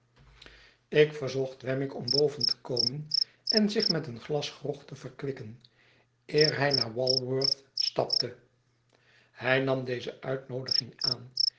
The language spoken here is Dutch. ik verzocht wemmick om boven te komen en zich met een glas grog te verkwikken eer hij naar walworth stapte hij nam deze uitnooaiging aan